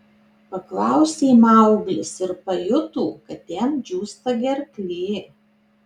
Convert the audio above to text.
paklausė mauglis ir pajuto kad jam džiūsta gerklė